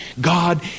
God